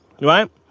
Right